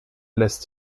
lässt